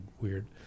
weird